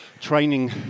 training